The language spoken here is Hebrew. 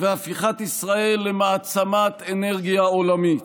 והפיכת ישראל למעצמת אנרגיה עולמית.